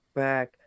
back